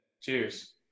Cheers